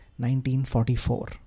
1944